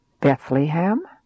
Bethlehem